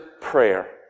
prayer